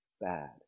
bad